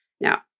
Now